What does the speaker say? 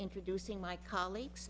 introducing my colleagues